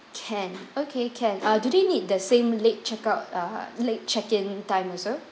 can okay can uh do they need the same late check out uh late check in time also